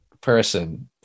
person